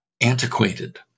antiquated